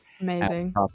Amazing